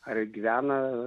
ar gyvena